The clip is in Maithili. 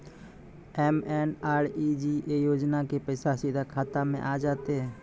एम.एन.आर.ई.जी.ए योजना के पैसा सीधा खाता मे आ जाते?